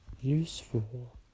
useful